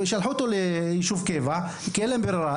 הם שלחו אותו לישוב קבע כי אין להם ברירה,